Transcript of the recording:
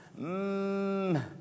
mmm